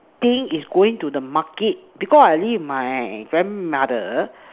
thing is going to the Market because I live my grandmother